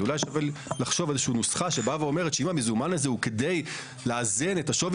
אולי שווה לחשוב על נוסחה לפיה אם המזומן הוא כדי לאזן את השווי